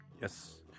Yes